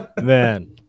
Man